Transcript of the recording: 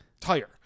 tire